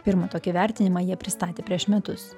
pirmą tokį vertinimą jie pristatė prieš metus